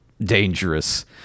dangerous